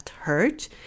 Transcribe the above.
Hurt